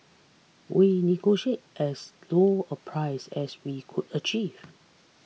we negotiated as low a price as we could achieve